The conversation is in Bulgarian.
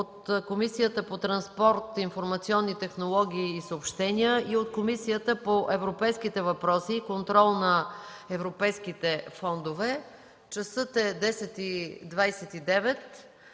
Комисията по транспорт, информационни технологии и съобщения и Комисията по европейските въпроси и контрол на европейските фондове. Часът е 10,29